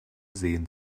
seen